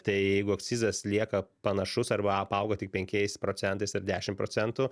tai jeigu akcizas lieka panašus arba apauga tik penkiais procentais ir dešim procentų